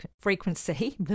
frequency